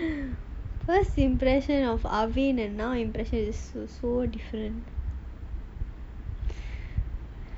first impression of arvin and now impression is also different